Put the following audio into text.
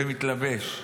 ומתלבש,